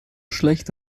schlecht